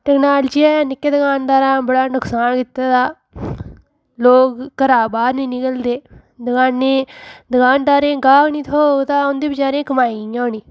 टेक्नोलॉजियै नि'क्के दकानदारें दा बड़ा नुकसान कीता ऐ लोक घरा बाह्र निं निकलदे दकानें ई दकानदारें ई गाह्क निं थ्होग तां उं'दी बेचारें कमाई कि'यां होनी